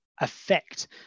affect